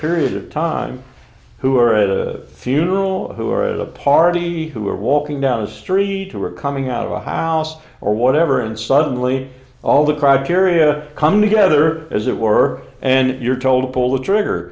period of time who are at a funeral who are at a party who are walking down the street who are coming out of a house or whatever and suddenly all the private area come together as it were and you're told to pull the trigger